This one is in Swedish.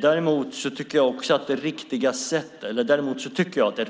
Däremot tycker jag att det